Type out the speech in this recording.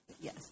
Yes